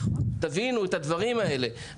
תבינו את הדברים האלה.